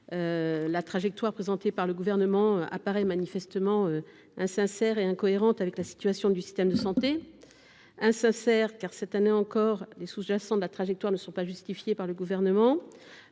La trajectoire présentée par le Gouvernement apparaît manifestement insincère et incohérente avec la situation du système de santé. Insincère, car cette année encore les sous jacents de la trajectoire ne sont pas justifiés par le Gouvernement